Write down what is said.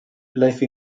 life